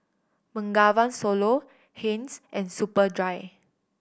Bengawan Solo Heinz and Superdry